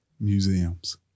museums